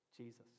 Jesus